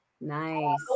Nice